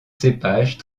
cépages